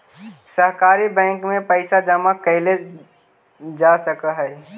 सहकारी बैंक में पइसा जमा कैल जा सकऽ हइ